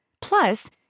Plus